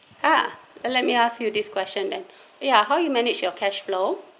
!huh! let me ask you this question ya how you manage your cash flow